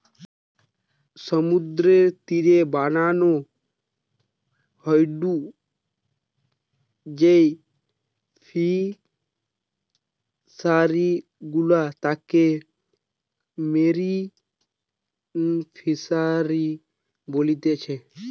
সমুদ্রের তীরে বানানো হয়ঢু যেই ফিশারি গুলা তাকে মেরিন ফিসারী বলতিচ্ছে